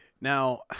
Now